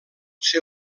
ser